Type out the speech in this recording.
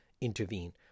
intervene